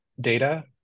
data